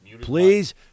Please